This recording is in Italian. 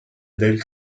del